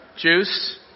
juice